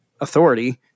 authority